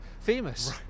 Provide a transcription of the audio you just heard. famous